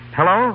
Hello